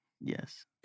Yes